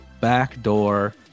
backdoor